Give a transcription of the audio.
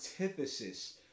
antithesis